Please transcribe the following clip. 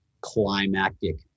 climactic